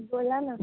बोला ना